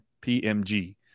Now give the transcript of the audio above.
P-M-G